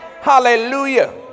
Hallelujah